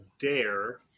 dare